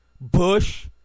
Bush